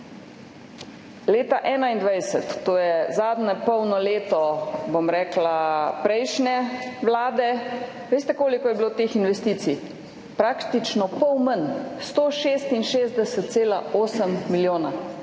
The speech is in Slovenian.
Leta 2021, to je zadnje polno leto prejšnje vlade – veste, koliko je bilo teh investicij? Praktično pol manj. 166,8 milijona.